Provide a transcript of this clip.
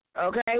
okay